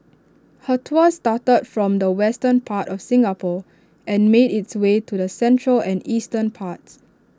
her tour started from the western part of Singapore and made its way to the central and eastern parts